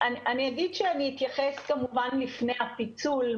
אני אגיד שאני אתייחס כמובן לפני הפיצול,